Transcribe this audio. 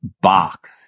box